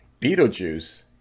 beetlejuice